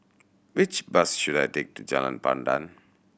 which bus should I take to Jalan Pandan